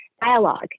dialogue